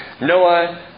Noah